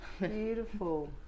beautiful